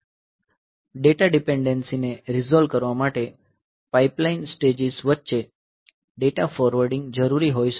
data dependency ને resolve કરવા માટે પાઇપલાઇન સ્ટેજીસ વચ્ચે ડેટા ફોરવર્ડિંગ જરૂરી હોઈ શકે છે